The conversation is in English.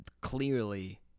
clearly